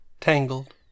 Tangled